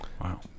Wow